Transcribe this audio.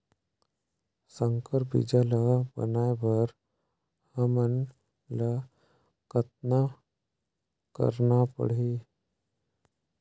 संकर बीजा ल बनाय बर हमन ल कतना करना परही?